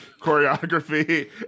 choreography